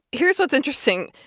here's what's interesting.